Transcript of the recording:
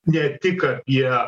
ne tik apie